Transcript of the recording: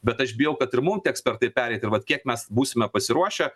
bet aš bijau kad ir mum teks per tai pereit ir vat kiek mes būsime pasiruošę